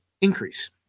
increase